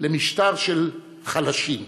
למשטר של חלשים,